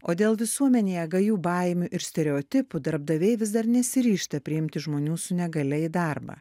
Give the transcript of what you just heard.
o dėl visuomenėje gajų baimių ir stereotipų darbdaviai vis dar nesiryžta priimti žmonių su negalia į darbą